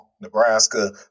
Nebraska